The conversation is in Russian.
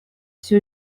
все